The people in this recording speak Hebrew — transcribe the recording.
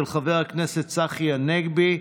של חבר הכנסת צחי הנגבי.